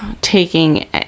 taking